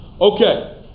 Okay